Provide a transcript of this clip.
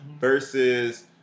Versus